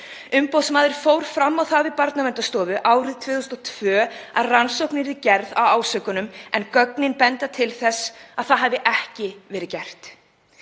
Umboðsmaður fór fram á það við Barnaverndarstofu árið 2002 að rannsókn yrði gerð á ásökununum, en gögnin benda til þess að það hafi ekki verið gert.